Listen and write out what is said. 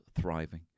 thriving